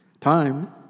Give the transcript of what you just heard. Time